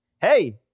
Hey